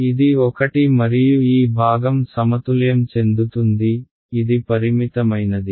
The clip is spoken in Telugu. ఇది ఒకటి మరియు ఈ భాగం సమతుల్యం చెందుతుంది ఇది పరిమితమైనది